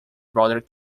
brother